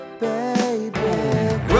baby